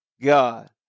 God